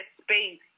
space